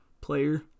player